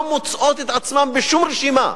לא מוצאות את עצמן בשום רשימה,